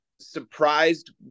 surprised